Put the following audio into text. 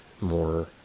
more